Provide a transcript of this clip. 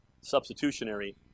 Substitutionary